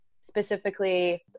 specifically